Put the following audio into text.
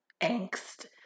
angst